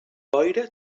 boira